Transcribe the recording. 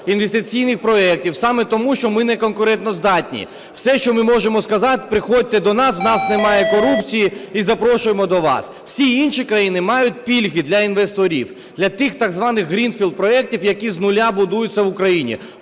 інвестиційних проектів саме тому, що ми не конкурентоздатні. Все, що ми можемо сказати приходьте до нас в нас немає корупції і запрошуємо до вас. Всі інші країни мають пільги для інвесторів, для тих так званих greenfield-проектів, які з нуля будуються в Україні.